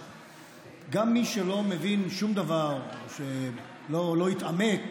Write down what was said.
שגם מי שלא מבין שום דבר או שלא התעמק